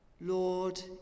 Lord